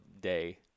day